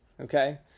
okay